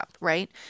right